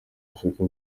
afurika